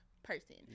Person